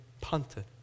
punted